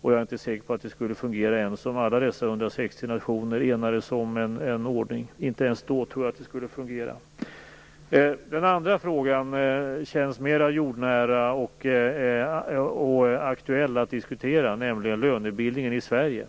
Och jag är inte säker på att det skulle fungera ens om alla de 160 nationerna enades om en ordning. Inte ens då tror jag att det skulle fungera. Den andra frågan känns mera jordnära och aktuell att diskutera, nämligen lönebildningen i Sverige.